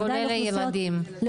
גם לילדים,